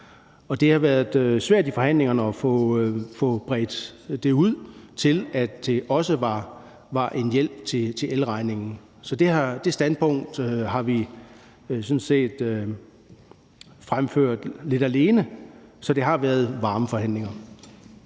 det har været svært i forhandlingerne at få bredt det ud til, at det også var en hjælp til elregningen. Så det standpunkt har vi sådan set fremført lidt alene. Så det har været varmeforhandlinger.